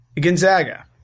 Gonzaga